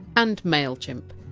and mailchimp.